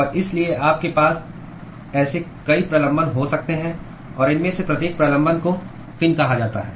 और इसलिए आपके पास ऐसे कई प्रलंबन हो सकते हैं और इनमें से प्रत्येक प्रलंबन को फिन कहा जाता है